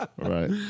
Right